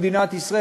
במדינת ישראל,